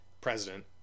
president